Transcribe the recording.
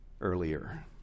earlier